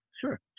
sure